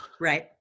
right